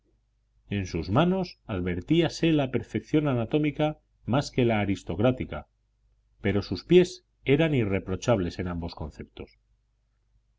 en sus manos advertíase la perfección anatómica más que la aristocrática pero sus pies eran irreprochables en ambos conceptos